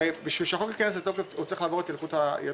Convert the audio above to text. הרי בשביל שהחוק ייכנס לתוקף הוא צריך לעבור את ילקוט הפרסומים,